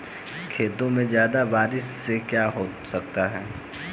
खेतों पे ज्यादा बारिश से क्या हो सकता है?